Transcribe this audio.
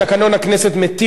כל עוד תקנון הכנסת מתיר זאת,